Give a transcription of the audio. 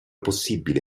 possibile